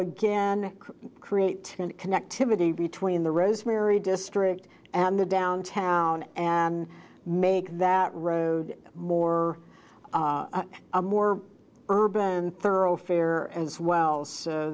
again create connectivity between the rosemary district and the downtown and make that road more a more urban thoroughfare as well so